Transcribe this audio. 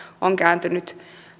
on kääntynyt